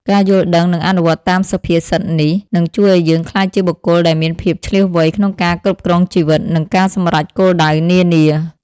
ការយល់ដឹង និងអនុវត្តតាមសុភាសិតនេះ នឹងជួយឲ្យយើងក្លាយជាបុគ្គលដែលមានភាពឈ្លាសវៃក្នុងការគ្រប់គ្រងជីវិត និងការសម្រេចគោលដៅនានា។